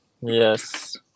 Yes